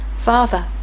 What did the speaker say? Father